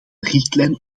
richtlijn